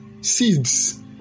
Seeds